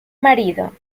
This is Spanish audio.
marido